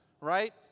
right